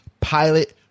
pilot